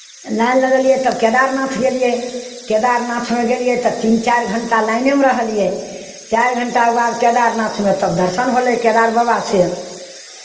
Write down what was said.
line लगलियै तब केदारनाथ गेलियै केदारनाथमे गेलियै तऽ तीन चारि घण्टा लाइनेमे रहलियै चारि घण्टाके बाद तब केदारनाथमे दर्शन होलै केदार बाबासँ